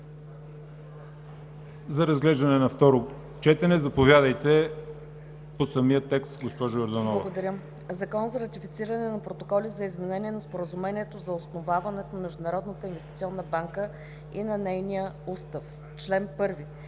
За разглеждане на второ четене – заповядайте по самия текст, госпожо Йорданова. ДОКЛАДЧИК ДИАНА ЙОРДАНОВА: Благодаря. „ЗАКОН за ратифициране на протоколи за изменение на Споразумението за основаването на Международната инвестиционна банка и на нейния устав Чл. 1.